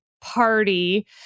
party